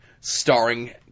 starring